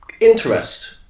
interest